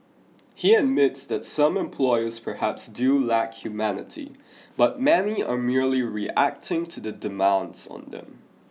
he admits that some employers perhaps do lack humanity but many are merely reacting to the demands on them